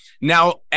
Now